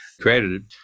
created